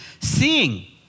seeing